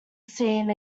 seen